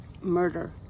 murder